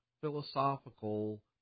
philosophical